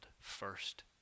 first